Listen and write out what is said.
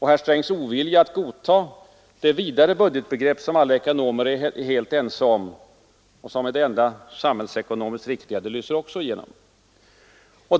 Herr Strängs ovilja att godta det vidare budgetbegrepp som alla ekonomer är helt ense om och som är det enda samhällsekonomiskt riktiga, lyser också igenom.